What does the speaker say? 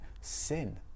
sin